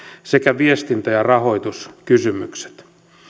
sekä viestintä ja rahoituskysymykset